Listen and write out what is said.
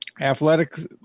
athletics